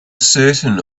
certain